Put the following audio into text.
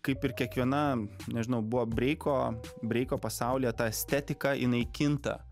kaip ir kiekviena nežinau buvo breiko breiko pasaulyje tą estetiką jinai kinta